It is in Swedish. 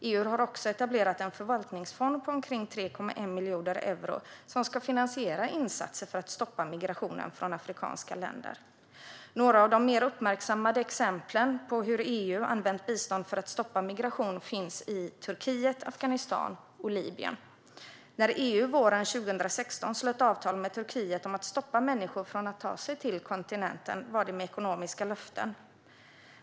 EU har också etablerat en förvaltningsfond på omkring 3,1 miljoner euro som ska finansiera insatser för att stoppa migrationen från afrikanska länder. Några av de mer uppmärksammade exemplen på hur EU har använt bistånd för att stoppa migration finns i Turkiet, Afghanistan och Libyen. När EU våren 2016 slöt avtal med Turkiet om att stoppa människor från att ta sig till kontinenten var det med ekonomiska löften.